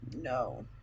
No